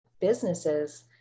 businesses